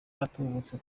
agatubutse